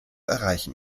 erreichen